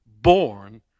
born